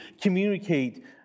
communicate